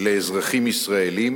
לאזרחים ישראלים